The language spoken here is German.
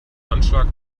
anschlag